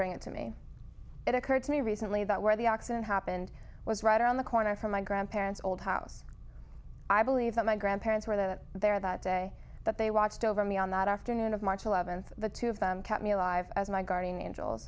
bring it to me it occurred to me recently that where the accident happened was right around the corner from my grandparents old house i believe that my grandparents were that there that day that they watched over me on that afternoon of march eleventh the two of them kept me alive as my guardian angels